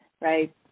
right